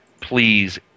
please